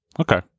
Okay